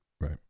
Right